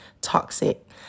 toxic